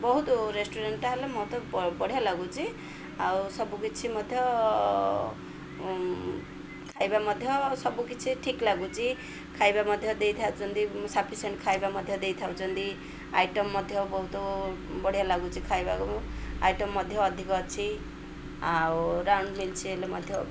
ବହୁତ ରେଷ୍ଟୁରାଣ୍ଟଟା ହେଲେ ମୋତେ ବଢ଼ିଆ ଲାଗୁଛି ଆଉ ସବୁକିଛି ମଧ୍ୟ ଖାଇବା ମଧ୍ୟ ସବୁକିଛି ଠିକ୍ ଲାଗୁଛି ଖାଇବା ମଧ୍ୟ ଦେଇ ଥାଉଛନ୍ତି ସଫିସିଏଣ୍ଟ ଖାଇବା ମଧ୍ୟ ଦେଇ ଥାଉଛନ୍ତି ଆଇଟମ୍ ମଧ୍ୟ ବହୁତ ବଢ଼ିଆ ଲାଗୁଛି ଖାଇବାକୁ ଆଇଟମ୍ ମଧ୍ୟ ଅଧିକ ଅଛି ଆଉ ରାଉଣ୍ଡ ମିଲ୍ସ ହେଲେ ମଧ୍ୟ